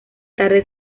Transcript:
tarde